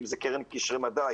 אם זה קרן קשרי מדע,